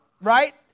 right